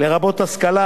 לרבות השכלה,